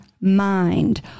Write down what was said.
mind